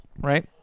right